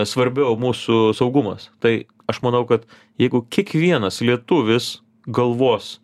svarbiau mūsų saugumas tai aš manau kad jeigu kiekvienas lietuvis galvos